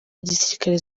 gisirikare